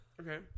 Okay